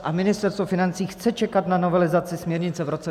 A Ministerstvo financí chce čekat na novelizaci směrnice v roce 2025.